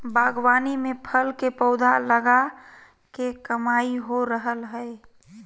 बागवानी में फल के पौधा लगा के कमाई हो रहल हई